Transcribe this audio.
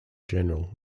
general